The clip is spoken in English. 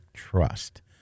Trust